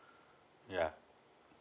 yeah